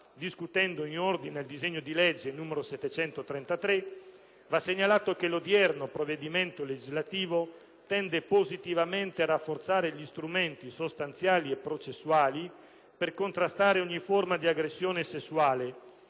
discutendo del disegno di legge n. 733, va segnalato che l'odierno provvedimento legislativo tende positivamente a rafforzare gli strumenti sostanziali e processuali per contrastare ogni forma di aggressione sessuale